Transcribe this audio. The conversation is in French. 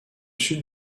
sud